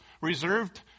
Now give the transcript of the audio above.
reserved